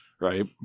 right